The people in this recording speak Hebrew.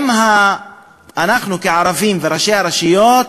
אם אנחנו, כערבים וראשי הרשויות,